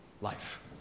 life